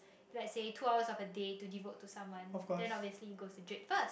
let say two hours of a day to devote to someone then obviously goes to Jack first